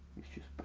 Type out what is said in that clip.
it's just